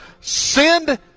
send